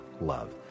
love